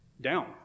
down